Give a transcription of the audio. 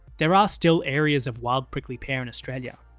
there are still areas of wild prickly pear in australia,